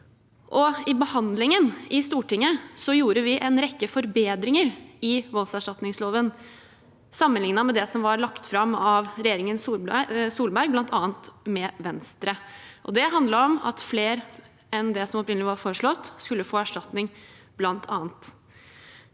I behandlingen i Stortinget gjorde vi en rekke forbedringer i voldserstatningsloven, sammenlignet med det som var lagt fram av regjeringen Solberg, med bl.a. Venstre. Det handlet bl.a. om at flere enn det som opprinnelig var foreslått, skulle få erstatning. En annen